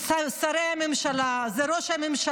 אלה אתם, שרי הממשלה, זה ראש הממשלה,